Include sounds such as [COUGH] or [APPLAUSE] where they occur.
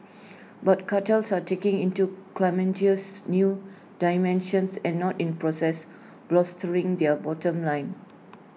[NOISE] but cartels are taking IT to calamitous new dimensions and not in process bolstering their bottom line